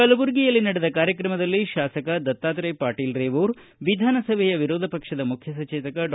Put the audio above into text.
ಕಲಬುರಗಿಯಲ್ಲಿ ನಡೆದ ಕಾರ್ಕಕ್ರಮದಲ್ಲಿ ತಾಸಕ ದತ್ತಾತ್ರೇಯ ಪಾಟೀಲ್ ರೇವೂರ್ ವಿಧಾನಸಭೆಯ ವಿರೋಧ ಪಕ್ಷದ ಮುಖ್ಯ ಸಚೇತಕ ಡಾ